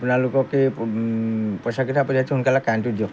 আপোনালোকক এই পইচাকেইটা পঠিয়াই দিছোঁ সোনকালে কাৰেণ্টটো দিয়ক